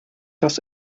das